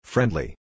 Friendly